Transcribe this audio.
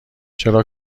چرا